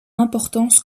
importance